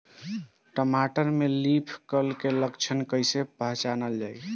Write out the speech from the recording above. टमाटर में leaf curl के लक्षण कइसे पहचानल जाला?